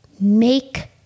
Make